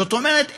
זאת אומרת,